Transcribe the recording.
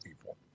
people